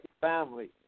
family